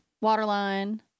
Waterline